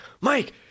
mike